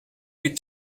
with